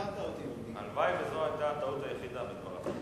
הלוואי שזאת היתה הטעות היחידה בדבריו.